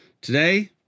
Today